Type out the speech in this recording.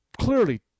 clearly